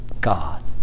God